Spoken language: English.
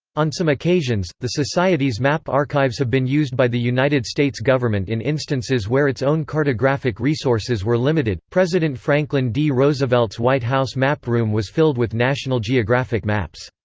on some occasions, the society's map archives have been used by the united states government in instances where its own cartographic resources were limited president franklin d. roosevelt's white house map room was filled with national geographic maps.